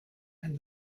and